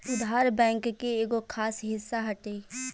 उधार, बैंक के एगो खास हिस्सा हटे